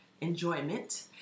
enjoyment